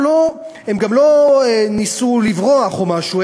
הם גם לא ניסו לברוח או משהו,